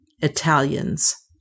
Italians